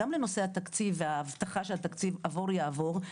גם לנושא התקציב וההבטחה של התקציב עבור יעבור,